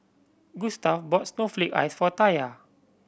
Gustaf bought snowflake ice for Taya